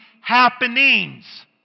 happenings